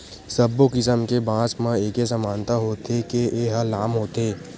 सब्बो किसम के बांस म एके समानता होथे के ए ह लाम होथे